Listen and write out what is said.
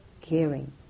caring